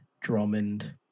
Drummond